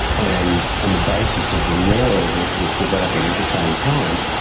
and on the basis of the law that was developing at the same time,